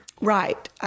Right